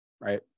right